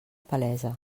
palesa